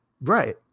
Right